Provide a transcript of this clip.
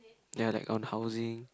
ya like on housing